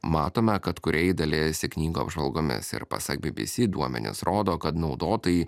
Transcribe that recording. matome kad kūrėjai dalijasi knygų apžvalgomis ir pasak bbc duomenys rodo kad naudotojai